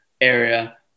area